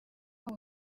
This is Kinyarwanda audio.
wari